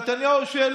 נתניהו של